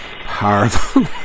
powerful